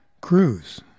cruise